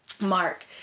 Mark